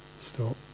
stop